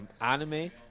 anime